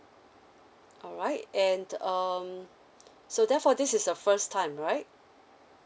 alright and um so therefore this is the first time right